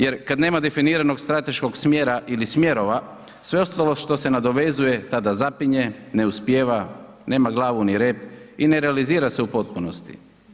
Jer kada nema definiranog strateškog smjera ili smjerova, sve ostalo što se nadovezuje tada zapinje, ne uspijeva, nema glavu ni rep i ne realizira se u potpunosti.